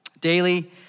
daily